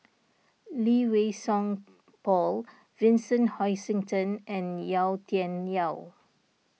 Lee Wei Song Paul Vincent Hoisington and Yau Tian Yau